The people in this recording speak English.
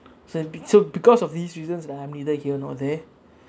so it so because of these reasons that I'm neither here nor there